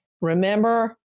Remember